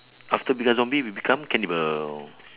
after become zombie we become cannibal